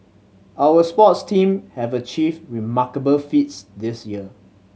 our sports team have achieved remarkable feats this year